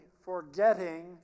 forgetting